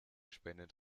spendet